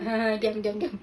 diam diam diam